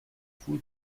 fool